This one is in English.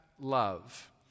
love